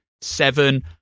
seven